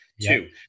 Two